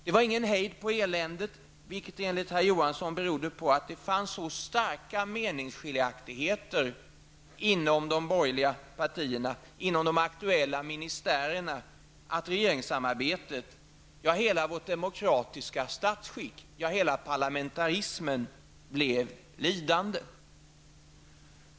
Det var ingen hejd på eländet, vilket enligt herr Johansson berodde på att det fanns så starka meningsskiljaktigheter inom de borgerliga partierna och inom de aktuella ministärerna, att regeringssamarbetet -- ja, hela vårt demokratiska statsskick, hela parlamentarismen -- blev lidande.